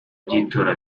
by’itora